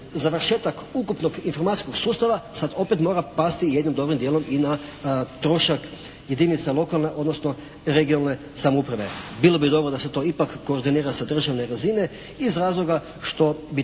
završetak ukupnog informacijskog sustava sad opet mora pasti jednim dobrim dijelom i na trošak jedinica lokalne, odnosno regionalne samouprave. Bilo bi dobro da se to ipak koordinira sa državne razine iz razloga što bi